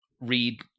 read